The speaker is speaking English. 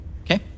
Okay